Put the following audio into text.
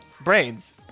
Brains